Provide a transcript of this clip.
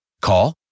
Call